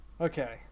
Okay